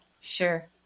Sure